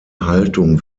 haltung